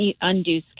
undo